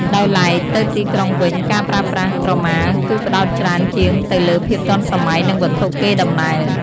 ដោយឡែកទៅទីក្រុងវិញ ការប្រើប្រាស់ក្រមាគឺផ្តោតច្រើនជាងទៅលើភាពទាន់សម័យ និងវត្ថុកេរដំណែល។